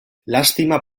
lastima